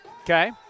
Okay